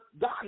God